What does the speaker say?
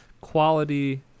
quality